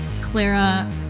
Clara